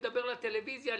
לדבר לטלוויזיה,